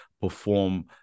perform